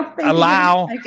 Allow